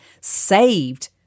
Saved